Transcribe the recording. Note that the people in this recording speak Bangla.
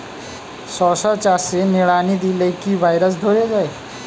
শশা চাষে নিড়ানি দিলে কি ভাইরাস ধরে যায়?